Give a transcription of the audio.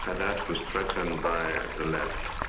sadat was threatened by the left,